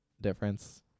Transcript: difference